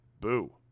boo